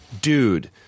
dude